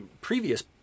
previous